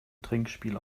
trinkspiel